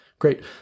Great